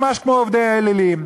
ממש כמו עובדי האלילים.